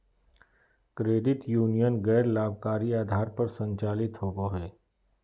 credit union गैर लाभकारी आधार पर संचालित होबो हइ